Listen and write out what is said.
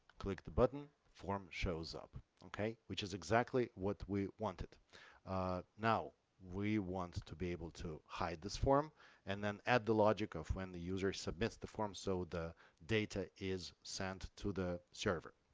click the button form shows up okay which is exactly what we wanted now we want to be able to hide this form and then add the logic of when the user submits the form so the data is sent to the server